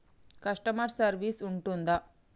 Customer service ఉంటుందా?